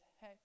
hey